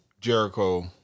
Jericho